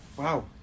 wow